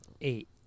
eight